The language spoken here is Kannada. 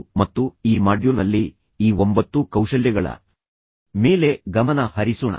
ಮತ್ತು ಈ ಮಾಡ್ಯೂಲ್ನಲ್ಲಿ ಈ ಒಂಬತ್ತು ಕೌಶಲ್ಯಗಳ ಮೇಲೆ ಗಮನ ಹರಿಸೋಣ